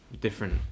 different